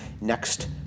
next